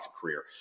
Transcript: career